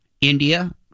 India